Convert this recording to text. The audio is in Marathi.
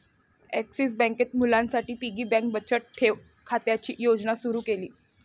ॲक्सिस बँकेत मुलांसाठी पिगी बँक बचत ठेव खात्याची योजना सुरू केली